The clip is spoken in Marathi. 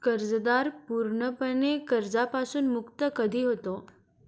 कर्जदार पूर्णपणे कर्जापासून मुक्त कधी होतो?